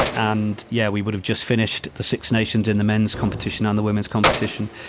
and yeah, we would have just finished the six nations in the men's competition, on the women's competition.